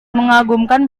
mengagumkan